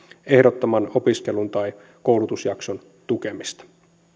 ehdottaman opiskelun tai koulutusjakson tukemista